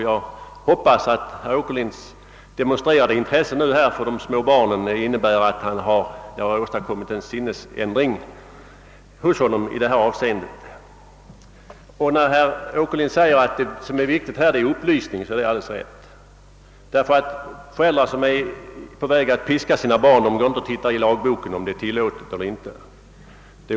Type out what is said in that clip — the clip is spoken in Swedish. Jag hoppas att herr Åkerlinds nu demonstrerade intresse för de små barnen innebär att det blivit en sinnesändring hos honom i detta avseende. Herr Åkerlind säger att det viktiga härvidlag är upplysning. Det är alldeles riktigt — ty föräldrar som är på väg att piska sina barn går inte och tittar efter i lagboken om det är tillåtet eller inte.